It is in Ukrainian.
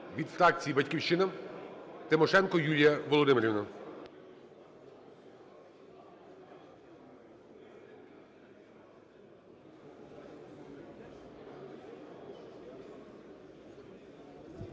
Від фракції "Батьківщина" Тимошенко Юлія Володимирівна.